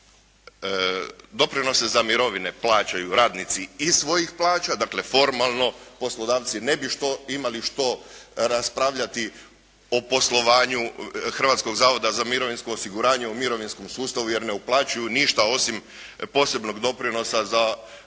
doprinose za mirovine plaćaju radnici iz svojih plaća, dakle formalno poslodavci ne bi imali što raspravljati o poslovanju Hrvatskog zavoda za mirovinsko osiguranje u mirovinskom sustavu jer ne uplaćuju ništa osim posebnog doprinosa za zaštitu